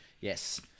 Yes